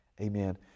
Amen